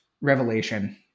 revelation